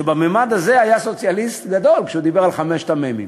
שבממד הזה היה סוציאליסט גדול כשדיבר על חמשת המ"מים,